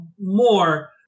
more